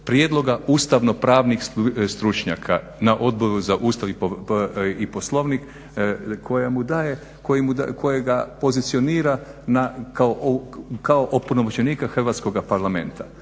prijedloga ustavno-pravnih stručnjaka na Odboru za Ustav i Poslovnik, koji mu daje, koje ga pozicionira na, kao opunomoćenika Hrvatskoga parlamenta.